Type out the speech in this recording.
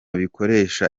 bikoresha